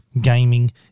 gaming